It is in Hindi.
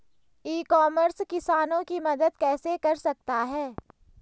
ई कॉमर्स किसानों की मदद कैसे कर सकता है?